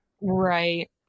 Right